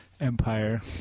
Empire